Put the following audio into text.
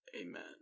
Amen